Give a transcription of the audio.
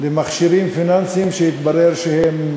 למכשירים פיננסיים שהתברר שהם